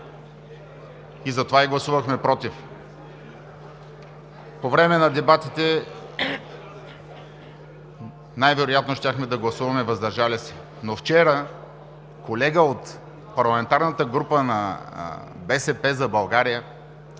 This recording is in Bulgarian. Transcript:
затова гласувахме и „против“. По време на дебатите най-вероятно щяхме да гласуваме „въздържали се“, но вчера колега от парламентарната група на „БСП за България“